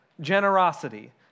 generosity